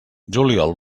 juliol